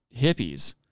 hippies